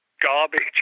garbage